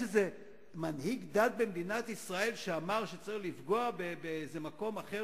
יש איזה מנהיג דת במדינת ישראל שאמר שצריך לפגוע באיזה מקום אחר